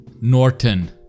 Norton